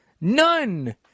None